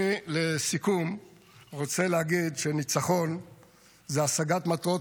לסיכום אני רוצה להגיד שניצחון זה השגת מטרות